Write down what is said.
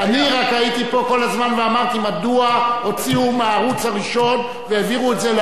ואמרתי: מדוע הוציאו מהערוץ הראשון והעבירו את זה לערוץ שהוא בכבלים?